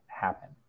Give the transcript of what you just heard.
happen